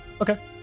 okay